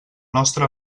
nostre